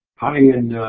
high-end